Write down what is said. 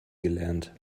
gelernt